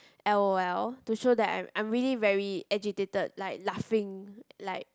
L_O_L to show that I am I am really very agitated like laughing like